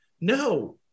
no